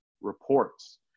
reports